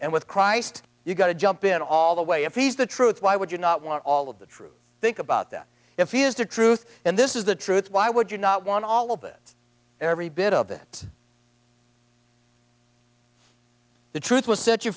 and with christ you got to jump in all the way if he's the truth why would you not want all of the true think about that if he is the truth and this is the truth why would you not want all of it every bit of it the truth will set you